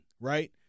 right